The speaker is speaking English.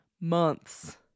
months